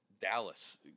Dallas